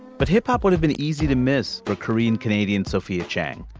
but hip hop would have been easy to miss. the korean canadian sophia chang.